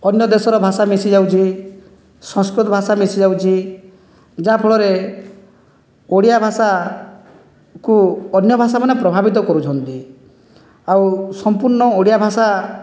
ଅନ୍ୟ ଦେଶର ଭାଷା ମିଶିଯାଉଛି ସଂସ୍କୃତ ଭାଷା ମିଶିଯାଉଛି ଯାହା ଫଳରେ ଓଡ଼ିଆ ଭାଷାକୁ ଅନ୍ୟ ଭାଷାମାନେ ପ୍ରଭାବିତ କରୁଛନ୍ତି ଆଉ ସଂପୂର୍ଣ୍ଣ ଓଡ଼ିଆ ଭାଷା